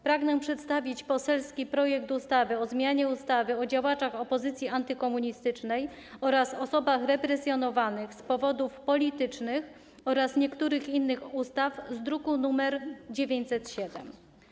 Pragnę przedstawić poselski projekt ustawy o zmianie ustawy o działaczach opozycji antykomunistycznej oraz osobach represjonowanych z powodów politycznych oraz niektórych innych ustaw, druk nr 907.